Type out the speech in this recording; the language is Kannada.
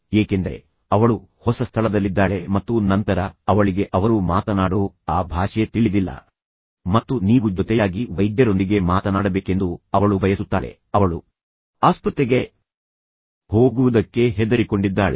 ಏಕೆಂದರೆ ಅವಳು ಹೊಸ ಸ್ಥಳದಲ್ಲಿದ್ದಾಳೆ ಮತ್ತು ನಂತರ ಅವಳಿಗೆ ಅವರು ಮಾತನಾಡೋ ಆ ಭಾಷೆ ತಿಳಿದಿಲ್ಲ ಮತ್ತು ನೀವು ಜೊತೆಯಾಗಿ ವೈದ್ಯರೊಂದಿಗೆ ಮಾತನಾಡಬೇಕೆಂದು ಅವಳು ಬಯಸುತ್ತಾಳೆ ಅವಳು ಆಸ್ಪತ್ರೆಗೆ ಹೋಗುವುದಕ್ಕೆ ಹೆದರಿಕೊಂಡಿದ್ದಾಳೆ